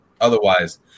otherwise